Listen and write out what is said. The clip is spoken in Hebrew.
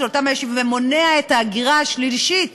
אותם יישובים ומונע את ההגירה השלישית